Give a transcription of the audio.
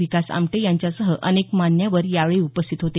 विकास आमटे यांच्यासह अनेक मान्यवर यावेळी उपस्थित होते